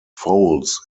folds